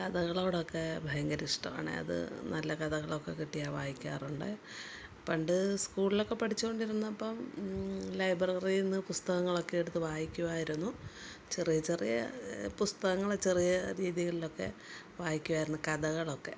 കഥകളൊടൊക്കെ ഭയങ്കര ഇഷ്ടവാണ് അത് നല്ല കഥകളൊക്കെ കിട്ടിയാൽ വായിക്കാറുണ്ട് പണ്ട് സ്കൂളിലൊക്കെ പഠിച്ചോണ്ടിരുന്നപ്പം ലൈബ്രറിന്ന് പുസ്തകങ്ങളൊക്കെ എടുത്ത് വായിക്കുവായിരുന്നു ചെറിയ ചെറിയ പുസ്തകങ്ങൾ ചെറിയ രീതിയിലൊക്കെ വായിക്കുവായിരുന്നു കഥകളൊക്കെ